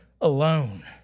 alone